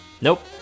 Nope